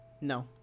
No